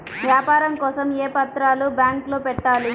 వ్యాపారం కోసం ఏ పత్రాలు బ్యాంక్లో పెట్టాలి?